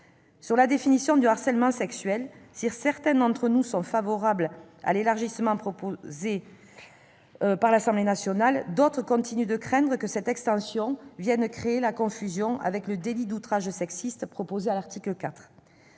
la définition du harcèlement sexuel, si certains d'entre nous sont favorables à l'élargissement proposé par l'Assemblée nationale, d'autres continuent de craindre que cette extension ne vienne créer la confusion avec le délit d'outrage sexiste prévu par l'article 4.